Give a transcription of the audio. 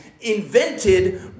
invented